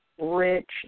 rich